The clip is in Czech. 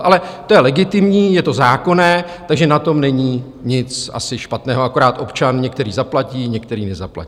Ale to je legitimní, je to zákonné, takže na tom není asi nic špatného, akorát občan některý zaplatí, některý nezaplatí.